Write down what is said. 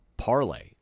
parlay